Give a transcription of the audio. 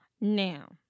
Now